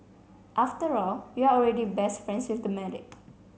after all you're already best friends with the medic